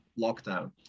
lockdown